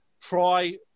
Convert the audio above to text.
try